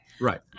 right